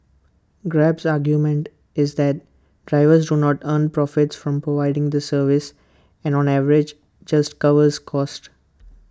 grab's argument is that drivers do not earn profits from providing the service and on average just covers costs